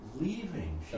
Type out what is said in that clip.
leaving